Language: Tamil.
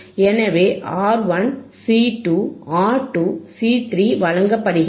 எனவே ஆர் 1 சி 2 ஆர் 2 சி 3 வழங்கப்படுகின்றன